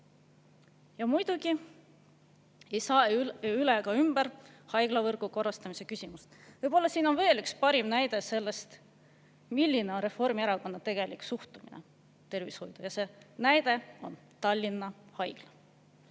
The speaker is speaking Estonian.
Ja muidugi ei saa üle ega ümber haiglavõrgu korrastamise küsimusest. Siin on veel üks, parim näide sellest, milline on Reformierakonna tegelik suhtumine tervishoidu – see näide on Tallinna Haigla.